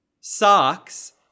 socks